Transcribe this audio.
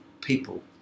people